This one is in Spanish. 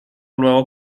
luego